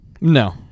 no